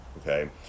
okay